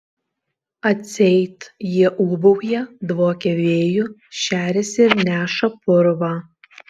atseit jie ūbauja dvokia vėju šeriasi ir neša purvą